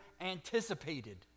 anticipated